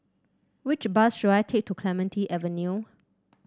which bus should I take to Clementi Avenue